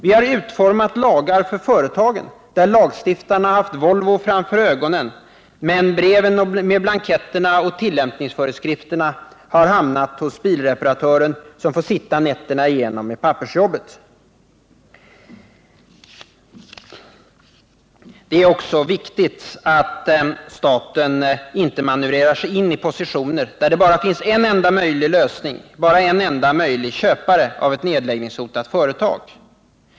Vi har utformat lagar för företagen där lagstiftarna haft Volvo framför ögonen. Men breven med blanketter och tillämpningsföreskrifter har hamnat hos bilreparatören, som fått sitta nätterna igenom med pappersjobbet. Det är också viktigt att staten inte manövrerar sig in i positioner där det bara finns en enda möjlig lösning, bara en enda möjlig köpare av ett nedläggningshotat företag.